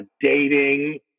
dating